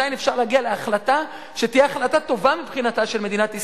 עדיין אפשר להגיע להחלטה שתהיה החלטה טובה מבחינתה של מדינת ישראל,